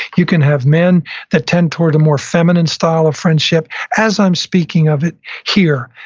you can have men that tend toward a more feminine style of friendship as i'm speaking of it here.